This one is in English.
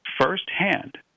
firsthand